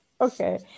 okay